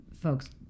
folks